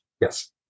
Yes